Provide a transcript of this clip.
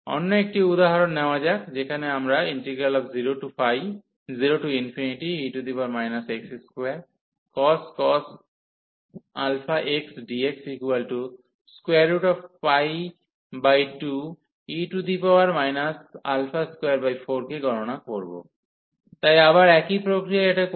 অন্য একটি উদাহরণ নেওয়া যাক যেখানে আমরা 0e x2cos αx dx2e 24 কে গণনা করব তাই আবার একই প্রক্রিয়ায় এটা করব